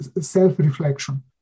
self-reflection